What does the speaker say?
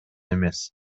эмес